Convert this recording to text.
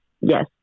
yes